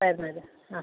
തരുന്നത് ആ